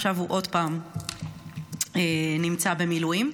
עכשיו הוא עוד פעם נמצא במילואים.